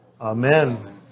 Amen